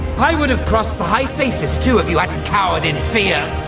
i would have crossed the hyphasis too if you hadn't cowered in fear,